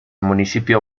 municipio